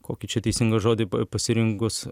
kokį čia teisingą žodį pa pasirinkus